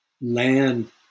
land